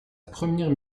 première